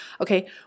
Okay